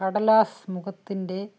കടലാസ് മുഖത്തിൻ്റെ